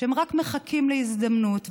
והם רק מחכים להזדמנות,